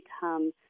become